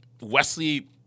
Wesley